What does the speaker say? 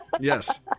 Yes